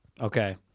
okay